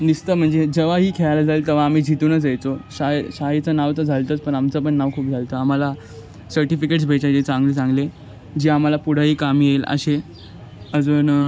नुसतं म्हणजे जेव्हाही खेळायला जाईल तेव्हा आम्ही जिंकूनच यायचो शाळे शाळेचं नाव तर झालं होतच पण आमचं पण नाव खूप झालं होतं आम्हाला सर्टिफिकेट्स भेटायचे चांगले चांगले जे आम्हाला पुढंही कामी येईल असे अजून